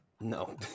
no